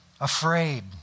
Afraid